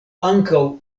ankaŭ